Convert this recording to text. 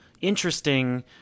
interesting